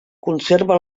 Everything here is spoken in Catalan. conserva